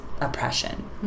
oppression